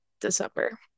December